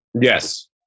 Yes